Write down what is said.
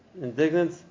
indignant